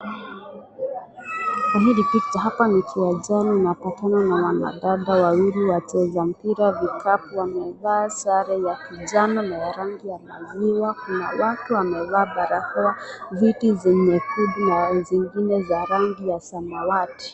Hapa nikiangalia picha hapa nikiwa chini napata na wanadada wawili wacheza mpira vikapu wamevaa sare ya kijani na ya rangi ya maziwa. Kuna watu wamevaa barakoa, viti vyekundu na zingine za rangi ya samawati.